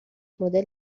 مدل